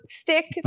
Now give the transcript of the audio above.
stick